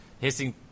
Hissing